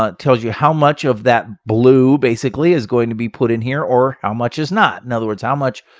ah tells you how much of that blue, basically is going to be put in here, or how much is not. in other words, how much,